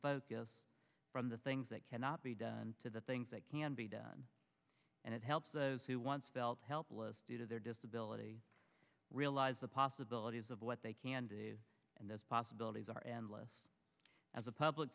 focus from the things that cannot be done to the things that can be done and it helps the who once felt helpless due to their disability realize the possibilities of what they can do and those possibilities are endless as a public